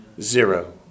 Zero